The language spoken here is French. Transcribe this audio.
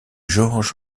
georg